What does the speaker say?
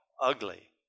ugly